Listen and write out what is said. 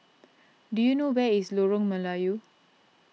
do you know where is Lorong Melayu